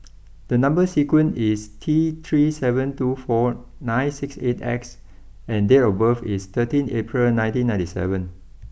the number sequence is T three seven two four nine six eight X and date of birth is thirteen April nineteen ninety seven